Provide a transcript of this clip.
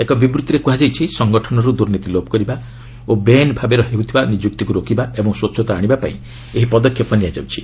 ଏକ ବିବୃତ୍ତିରେ କୁହାଯାଇଛି ସଙ୍ଗଠନରୁ ଦୂର୍ନୀତି ଲୋପ କରିବା ଓ ବେଆଇନ ଭାବେ ହେଉଥିବା ନିଯୁକ୍ତିକୁ ରୋକିବା ଏବଂ ସ୍ୱଚ୍ଚତା ଆଣିବା ପାଇଁ ଏହି ପଦକ୍ଷେପ ନିଆଯାଉଛି